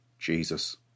Jesus